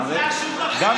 אתם